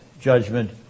judgment